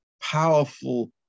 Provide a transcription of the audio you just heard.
powerful